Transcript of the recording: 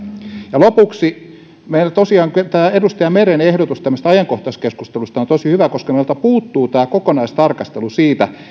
ja lopuksi tosiaankin edustaja meren ehdotus ajankohtaiskeskustelusta on tosi hyvä koska meiltä puuttuu kokonaistarkastelu siitä